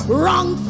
wrong